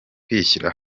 kwishyira